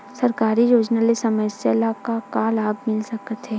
सरकारी योजना ले समस्या ल का का लाभ मिल सकते?